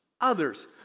others